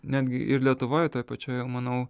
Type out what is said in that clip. netgi ir lietuvoj toj pačioje manau